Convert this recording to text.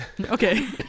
Okay